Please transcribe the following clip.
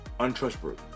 untrustworthy